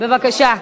בבקשה.